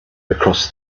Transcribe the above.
across